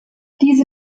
diese